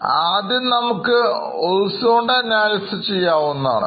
ആദ്യം നമുക്ക് horizontal analysis ചെയ്യാവുന്നതാണ്